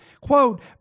Quote